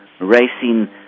racing